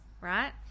right